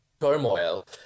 turmoil